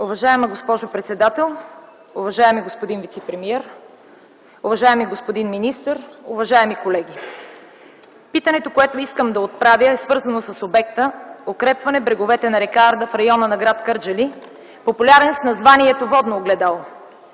Уважаема госпожо председател, уважаеми господин вицепремиер, уважаеми господин министър, уважаеми колеги! Питането, което искам да отправя, е свързано с обекта „Укрепване бреговете на р. Арда в района на гр. Кърджали”, популярен с названието „Водно огледало”.